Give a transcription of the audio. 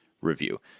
review